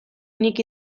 nik